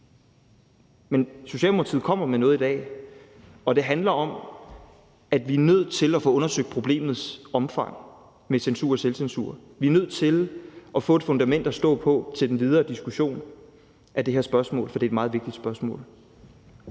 Men Socialdemokratiet kommer med noget i dag, og det handler om, at vi er nødt til at få undersøgt problemets omfang med censur og selvcensur. Vi er nødt til at få et fundament at stå på i den videre diskussion af det her spørgsmål, for det er et meget vigtigt spørgsmål.